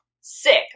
sick